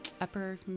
upper